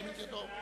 ירים את ידו.